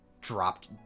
dropped